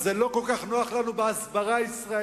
אז, זה לא כל כך נוח לנו בהסברה הישראלית.